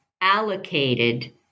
allocated